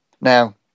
now